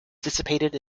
dissipated